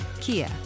Kia